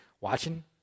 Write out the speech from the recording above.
watching